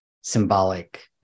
symbolic